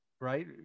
right